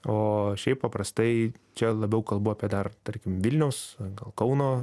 o šiaip paprastai čia labiau kalbu apie dar tarkim vilniaus gal kauno